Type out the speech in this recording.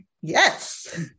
Yes